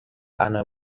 ana